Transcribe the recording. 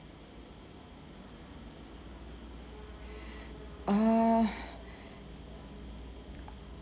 err